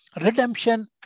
Redemption